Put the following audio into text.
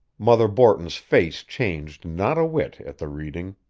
mother borton's face changed not a whit at the reading,